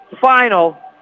final